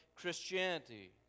Christianity